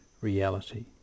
reality